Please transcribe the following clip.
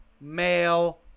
male